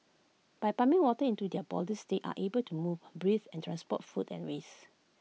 by pumping water into their bodies they are able to move breathe and transport food and waste